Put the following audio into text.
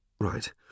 Right